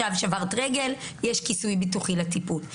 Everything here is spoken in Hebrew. שברת רגל, יש כיסוי ביטוחי לטיפול.